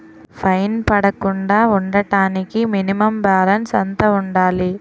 Fine పడకుండా ఉండటానికి minimum balance ఎంత ఉండాలి?